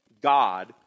God